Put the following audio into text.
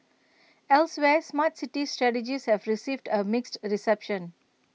elsewhere Smart City strategies have received A mixed A reception